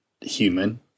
human